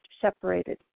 separated